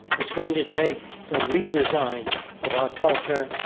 it's going to take the redesigning of our culture,